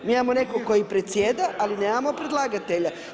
Mi imamo nekoga koji predsjeda, ali nemamo predlagatelja.